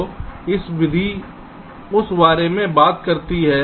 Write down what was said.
तो यह विधि उस बारे में बात करती है